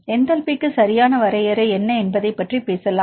என்டல்பிக்கு சரியான வரையறை என்ன என்பதைப் பற்றி பேசலாம்